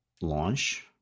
launch